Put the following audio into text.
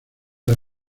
las